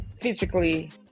physically